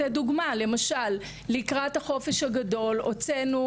לקראת החופש הגדול הוצאנו